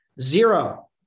zero